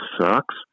sucks